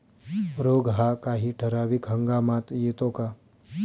रोग हा काही ठराविक हंगामात येतो का?